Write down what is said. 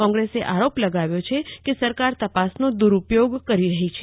કોંગ્રેસે આરોપ લગાવ્યો છે કે સરકાર તપાસનો દુરુપયોગ કરી રહી છે